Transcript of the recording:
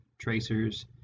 tracers